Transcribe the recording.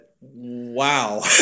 Wow